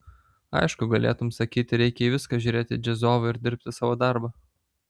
aišku galėtum sakyti reikia į viską žiūrėti džiazovai ir dirbti savo darbą